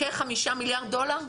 כ-5 מיליארד דולר?